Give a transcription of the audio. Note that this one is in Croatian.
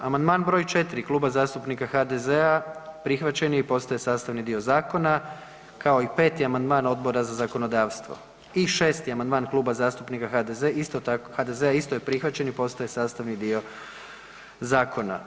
Amandman broj 4. Kluba zastupnika HDZ-a prihvaćen je i postaje sastavni dio zakona kao i 5. amandman Odbora za zakonodavstvo i 6. amandman Kluba zastupnika HDZ-a isto tako, HDZ-a isto je prihvaćen i postaje sastavni dio zakona.